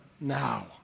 now